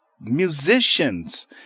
musicians